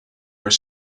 are